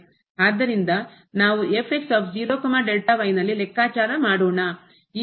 ಆದ್ದರಿಂದ ನಾವು ನಲ್ಲಿ ಲೆಕ್ಕಾಚಾರ ಮಾಡೋಣ